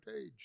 age